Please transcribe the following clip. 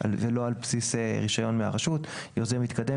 ולא על בסיס רישיון מהרשות; כנ"ל לגבי יוזם מתקדם.